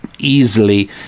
easily